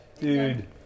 dude